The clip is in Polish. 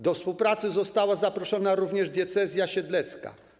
Do współpracy została zaproszona również diecezja siedlecka.